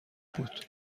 بود